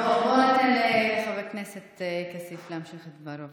בואו ניתן לחבר הכנסת כסיף להמשיך את דברו.